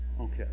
Okay